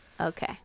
Okay